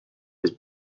his